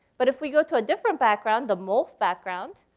but if we go to a different background, the molf background,